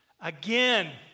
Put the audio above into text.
Again